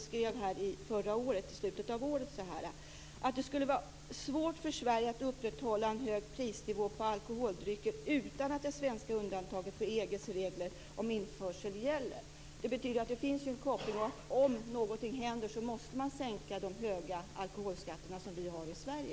Skatteutskottet skrev i slutet av förra året att "det skulle vara svårt för Sverige att upprätthålla en hög prisnivå på alkoholdrycker utan det svenska undantaget från EG:s regler om införsel". Det betyder att det finns en koppling, och om någonting händer måste man sänka de höga alkoholskatter som vi har i Sverige.